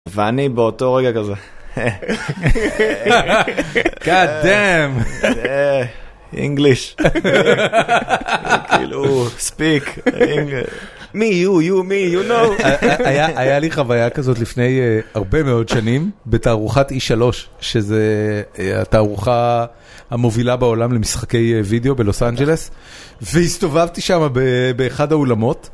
ואני באותו רגע כזה, God damn, English, כאילו, speak English, me, you, you, me, you know. היה היה לי חוויה כזאת לפני הרבה מאוד שנים בתערוכת E3, שזו התערוכה המובילה בעולם למשחקי וידאו בלוס אנג'לס, והסתובבתי שם ב.. באחד האולמות.